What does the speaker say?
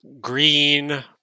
Green